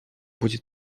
будет